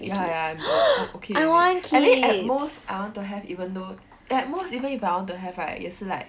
ya ya I'm good I'm okay with it I mean at most I want to have even though at most even if I want to have right 也是 like